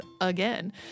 again